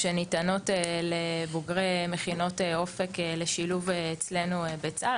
הנשים שמתגייסות ללחימה בקרב בוגרות אופק הוא גבוה בהשוואה לכלל צה"ל,